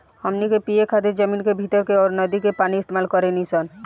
हमनी के पिए खातिर जमीन के भीतर के अउर नदी के पानी इस्तमाल करेनी सन